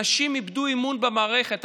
אנשים איבדו אמון במערכת,